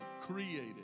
created